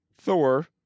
thor